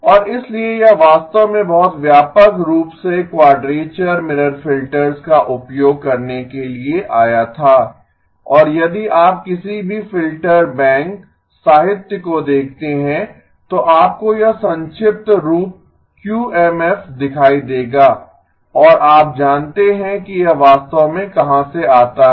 और इसलिए यह वास्तव में बहुत व्यापक रूप से क्वाडरेचर मिरर फिल्टर्स का उपयोग करने के लिए आया था और यदि आप किसी भी फिल्टर बैंक साहित्य को देखते हैं तो आपको यह संक्षिप्त रूप क्यूएमएफ दिखाई देगा और आप जानते हैं कि यह वास्तव में कहां से आता है